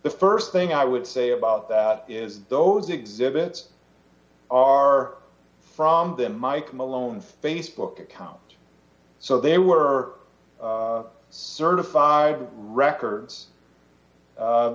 the st thing i would say about that is those exhibits are from them mike malone's facebook account so they were certified records